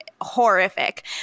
horrific